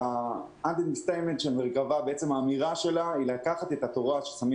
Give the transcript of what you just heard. האמירה של מרכבה היא לקחת את התורה ששמים